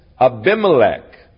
Abimelech